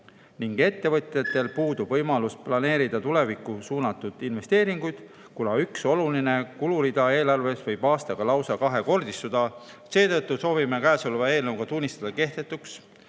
Ettevõtjatel puudub võimalus planeerida tulevikku suunatud investeeringuid, kuna üks oluline kulurida eelarves võib aastaga lausa kahekordistuda. Seetõttu soovime käesoleva eelnõuga tunnistada kehtetuks